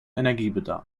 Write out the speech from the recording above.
energiebedarf